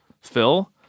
Phil